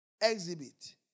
Exhibit